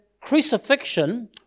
crucifixion